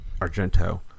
Argento